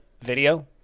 video